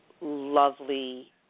lovely